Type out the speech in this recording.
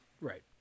Right